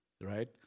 right